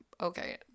Okay